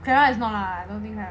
clara is not lah